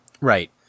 Right